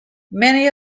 many